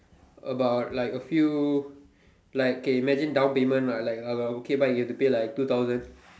about like a few like okay imagine down payment lah like uh okay bike you have to like pay two thousand